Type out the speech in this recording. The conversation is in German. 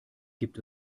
gibt